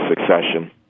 succession